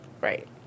Right